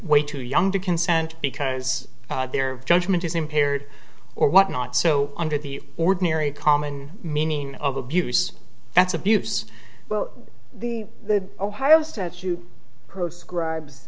way too young to consent because their judgment is impaired or what not so under the ordinary common meaning of abuse that's abuse well the ohio statute proscribes